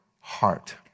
heart